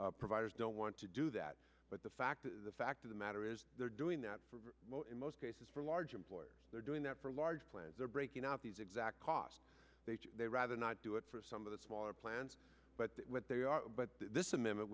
to providers don't want to do that but the fact is the fact of the matter is they're doing that in most cases for large employers they're doing that for large plans they're breaking out these exact cost they rather not do it for some of the smaller plans but what they are but this amendment